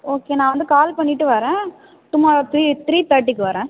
okay நான் வந்து call பண்ணிட்டு வரேன் டுமாரோ த்ரீ த்ரீ தேட்டிக்கு வரேன் ஒகே